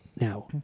Now